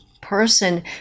person